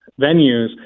venues